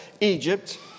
Egypt